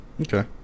Okay